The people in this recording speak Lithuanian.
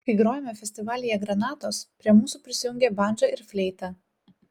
kai grojome festivalyje granatos prie mūsų prisijungė bandža ir fleita